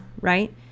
right